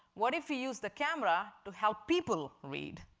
what if we use the camera to help people read?